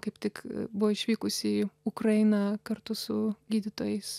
kaip tik buvo išvykusi į ukrainą kartu su gydytojais